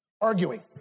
Arguing